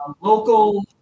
local